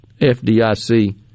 FDIC